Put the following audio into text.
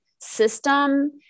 system